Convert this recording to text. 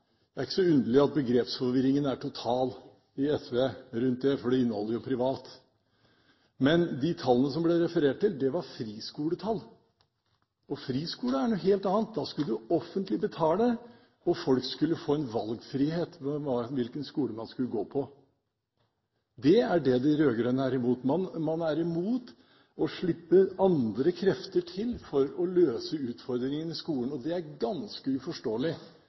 Det er ikke så underlig at begrepsforvirringen er total i SV rundt det, for det inneholder jo «privat». Men de tallene som det ble referert til, var friskoletall. Friskole er noe helt annet. Da skal det offentlige betale, og folk skal få en valgfrihet når det gjelder hvilken skole man skal gå på. Det er det de rød-grønne er imot. Man er imot å slippe andre krefter til for å løse utfordringene i skolen, og det er ganske uforståelig